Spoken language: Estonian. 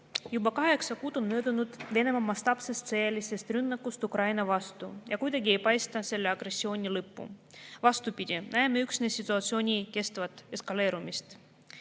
Juba kaheksa kuud on möödunud Venemaa mastaapsest sõjalisest rünnakust Ukraina vastu ja kuidagi ei paista selle agressiooni lõppu. Vastupidi, näeme üksnes situatsiooni kestvat eskaleerumist,